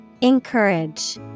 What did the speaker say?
Encourage